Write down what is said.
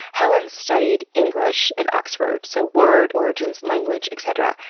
helen studied english at oxford, so word origins, language, et cetera.